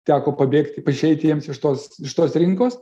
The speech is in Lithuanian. teko pabėgti išeiti jiems iš tos iš tos rinkos